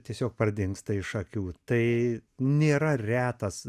tiesiog pradingsta iš akių tai nėra retas